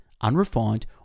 unrefined